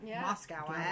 Moscow